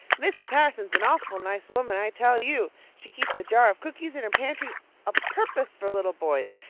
mrs. harrison's an awful nice woman, i tell you. she keeps a jar of cookies in her pantry a-purpose for little boys,